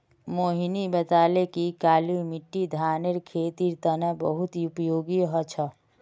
मोहिनी बताले कि काली मिट्टी धानेर खेतीर तने बहुत उपयोगी ह छ